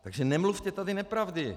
Takže nemluvte tady nepravdy.